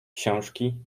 książki